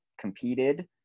competed